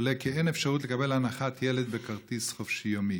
עולה כי אין אפשרות לקבל הנחת ילד בכרטיס חופשי יומי.